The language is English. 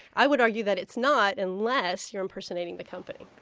i would argue that it's not, unless you're impersonating the company.